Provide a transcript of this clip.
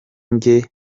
njye